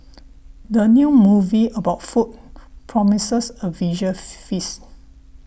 the new movie about food promises a visual feast